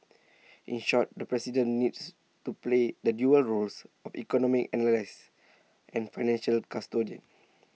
in short the president needs to play the dual roles of economic analyst and financial custodian